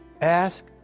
Ask